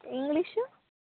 English